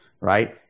right